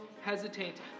hesitate